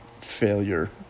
failure